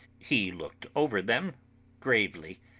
he looked over them gravely,